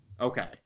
Okay